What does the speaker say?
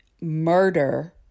murder